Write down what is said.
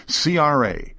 CRA